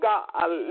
God